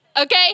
Okay